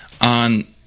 on